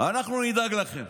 אנחנו נדאג לכם.